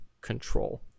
control